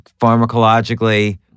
pharmacologically